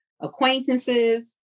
acquaintances